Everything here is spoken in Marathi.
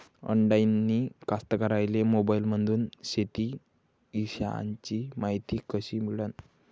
अडानी कास्तकाराइले मोबाईलमंदून शेती इषयीची मायती कशी मिळन?